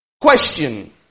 Question